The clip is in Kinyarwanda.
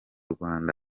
rwanda